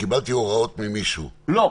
כשקיבלתי הוראות ממישהו --- לא.